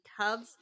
Cubs